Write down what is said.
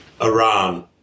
Iran